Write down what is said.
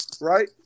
Right